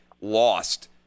lost